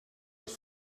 les